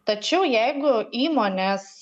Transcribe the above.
tačiau jeigu įmonės